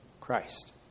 Christ